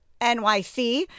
NYC